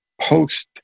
post